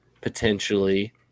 potentially